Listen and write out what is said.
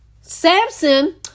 Samson